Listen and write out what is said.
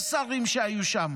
יש שרים שהיו שם,